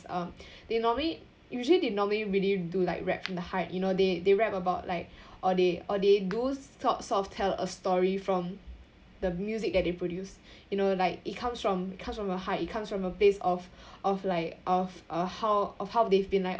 um they normally usually they normally really do like rap from the heart you know they they rap about like or they or they do s~ sort of tell a story from the music that they produce you know like it comes from it comes from a heart it comes from a place of of like of uh how of how they've been like